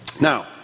Now